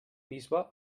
bisbe